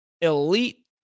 elite